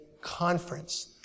conference